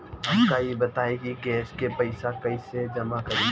हमका ई बताई कि गैस के पइसा कईसे जमा करी?